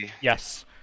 Yes